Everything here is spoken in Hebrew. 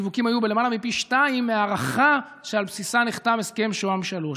השיווקים היו למעלה מפי שניים מההערכה שעל בסיסה נחתם הסכם שוה"ם 3,